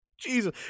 Jesus